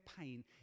pain